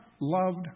loved